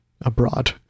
abroad